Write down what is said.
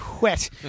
Wet